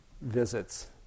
visits